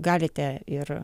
galite ir